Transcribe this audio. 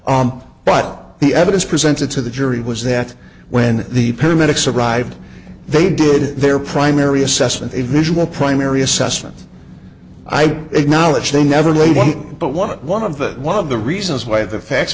arm but the evidence presented to the jury was that when the paramedics arrived they did their primary assessment a visual primary assessment i acknowledge they never laid one but one one of that one of the reasons why the facts